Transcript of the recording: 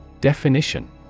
Definition